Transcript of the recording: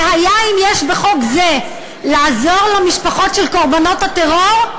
והיה אם יש בחוק זה לעזור למשפחות של קורבנות הטרור,